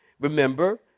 Remember